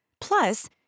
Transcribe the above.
Plus